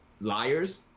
liars